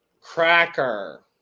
Cracker